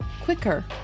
quicker